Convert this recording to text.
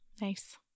Nice